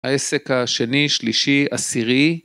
העסק השני, שלישי, עשירי